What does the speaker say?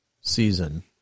season